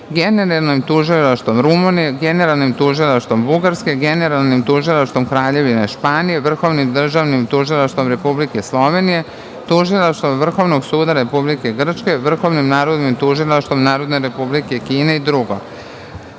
Generalnim tužilaštvom Rumunije, Generalnim tužilaštvom Bugarske, Generalnim tužilaštvom Kraljevine Španije, Vrhovnim državnim tužilaštvom Republike Slovenije, Tužilaštvom Vrhovnog suda Republike Grčke, Vrhovnim narodnim tužilaštvom Narodne Republike Kine i dr.